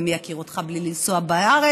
ומי יכיר אותך בלי לנסוע בארץ?